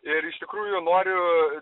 ir iš tikrųjų noriu